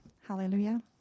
Hallelujah